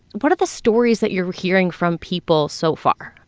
what are the stories that you're hearing from people so far?